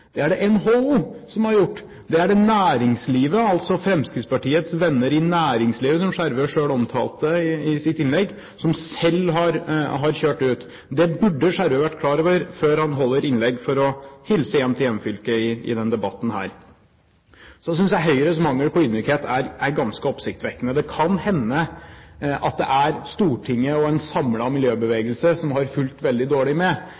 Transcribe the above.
det er det NHO som har gjort, det er det næringslivet – altså Fremskrittspartiets venner i næringslivet, som Skjervø selv omtalte i sitt innlegg – som selv har kjørt ut. Det burde Skjervø være klar over før han holder innlegg for å hilse hjem til hjemfylket i denne debatten. Så synes jeg Høyres mangel på ydmykhet er ganske oppsiktsvekkende. Det kan hende at det er Stortinget og en samlet miljøbevegelse som har fulgt veldig dårlig med,